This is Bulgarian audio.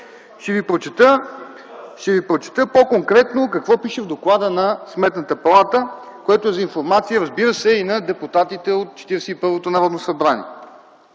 Ще ви прочета по-конкретно какво пише в доклада на Сметната палата, което е за информация, разбира се, и на депутатите от Четиридесет